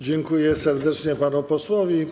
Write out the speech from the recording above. Dziękuję serdecznie panu posłowi.